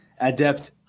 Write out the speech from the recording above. adept